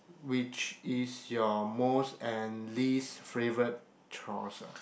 which is your most and least favorite chores ah